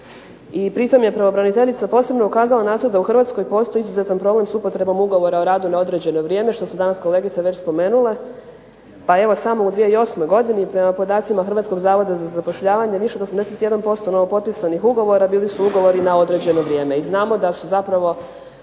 I pri tom je pravobraniteljica posebno ukazala na to da u Hrvatskoj postoji izuzetan problem s upotrebom ugovora o radu na određeno vrijeme što su danas kolegice već spomenule pa evo samo u 2008. godini prema podacima Hrvatskog zavoda za zapošljavanje više od 81% novopotpisanih ugovora bili su ugovori na određeno vrijeme i znamo da su zapravo